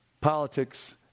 politics